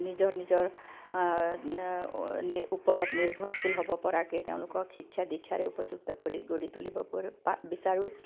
নিজৰ নিজৰ নি ওপৰত নিৰ্ভৰশীল হ'ব পৰাকে তেওঁলোকক শিক্ষা দীক্ষাৰে উপযুক্ত কৰি গঢ়ি তুলিব পৰে পা বিচাৰোঁ